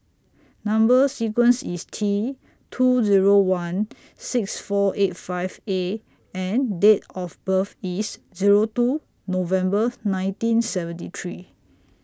Number sequence IS T two Zero one six four eight five A and Date of birth IS Zero two November nineteen seventy three